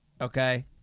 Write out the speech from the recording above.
okay